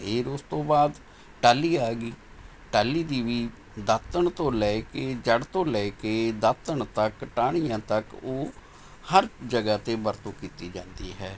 ਫੇਰ ਉਸ ਤੋਂ ਬਾਅਦ ਟਾਹਲੀ ਆ ਗਈ ਟਾਹਲੀ ਦੀ ਵੀ ਦਾਤਣ ਤੋਂ ਲੈ ਕੇ ਜੜ੍ਹ ਤੋਂ ਲੈ ਕੇ ਦਾਤਣ ਤੱਕ ਟਾਹਣੀਆਂ ਤੱਕ ਉਹ ਹਰ ਜਗ੍ਹਾ 'ਤੇ ਵਰਤੋਂ ਕੀਤੀ ਜਾਂਦੀ ਹੈ